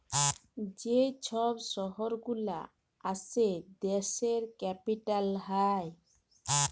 যে ছব শহর গুলা আসে দ্যাশের ক্যাপিটাল হ্যয়